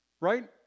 right